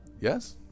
yes